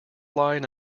line